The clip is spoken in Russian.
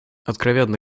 откровенно